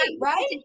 right